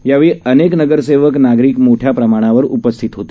यावेळी अनेक नगरसेवक नागरीक मोठ्या प्रमाणावर उपस्थित होते